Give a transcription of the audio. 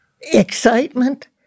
Excitement